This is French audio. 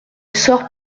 sort